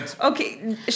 Okay